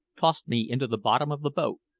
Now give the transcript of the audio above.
tossed me into the bottom of the boat,